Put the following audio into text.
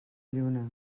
lluna